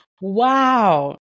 Wow